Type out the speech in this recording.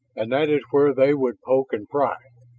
and that is where they would poke and pry.